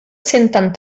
senten